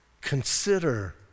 Consider